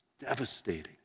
devastating